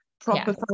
Proper